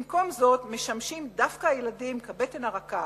במקום זאת משמשים דווקא הילדים כבטן הרכה,